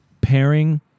Pairing